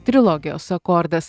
trilogijos akordas